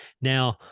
Now